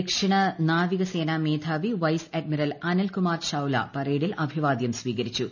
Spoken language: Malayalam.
ദക്ഷിണ നാവിക സേന മേധാവി വൈസ് അഡ്മിറൽ അനിൽ കുമാർ ചാവ്ല പരേഡിൽ അഭിവാദ്യം സ്വീകരിച്ചു